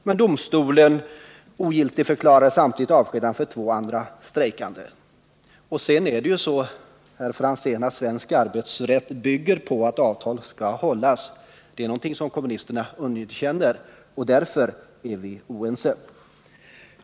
Men domstolen ogiltigförklarade Svensk arbetsrätt bygger, herr Franzén, på att avtal skall hållas. Det är någonting som kommunisterna underkänner, och därför är vi oense.